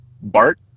Bart